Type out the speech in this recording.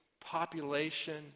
population